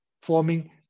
forming